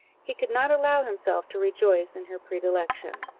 he could not allow himself to rejoice in her predilection.